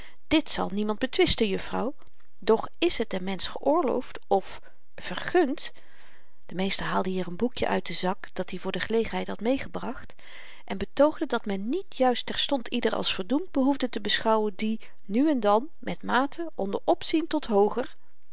dit zal niemand betwisten juffrouw doch het is den mensch geoorloofd of vergund de meester haalde hier n boekjen uit den zak dat-i voor de gelegenheid had meegebracht en betoogde dat men niet juist terstond ieder als verdoemd behoefde te beschouwen die nu en dan met mate onder opzien tot hooger